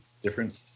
different